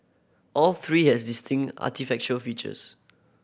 all three have distinct architectural features